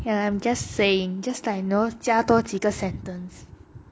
and I'm just saying just like know 加多几个 sentence